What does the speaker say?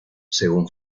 según